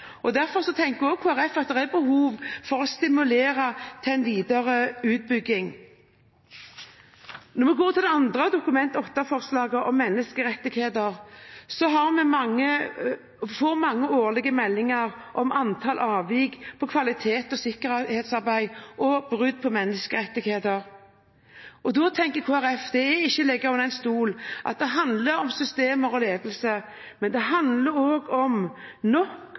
tenker også Kristelig Folkeparti at det er behov for å stimulere til en videre utbygging. Når det gjelder det andre Dokument 8-forslaget, om menneskerettigheter, så får vi årlig mange meldinger om antallet avvik på kvalitets- og sikkerhetsarbeid og brudd på menneskerettigheter. Kristelig Folkeparti tenker at det er ikke til å stikke under stol at det handler om systemer og ledelse, men det handler også om nok